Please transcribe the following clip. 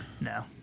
No